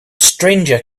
stranger